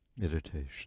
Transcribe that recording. Meditation